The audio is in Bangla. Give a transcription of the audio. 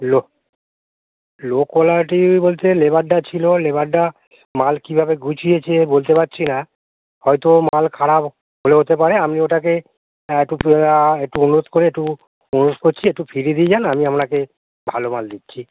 লো লো কোয়ালিটি বলতে লেবারটা ছিলো লেবারটা মাল কীভাবে গুছিয়েছে বলতে পারছি না হয়তো মাল খারাপ হলেও হতে পারে আমি ওটাকে একটু একটু অনুরোধ করে একটু অনুরোধ করছি একটু ফিরিয়ে দিয়ে যান আমি আপনাকে ভালো মাল দিচ্ছি